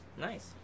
Nice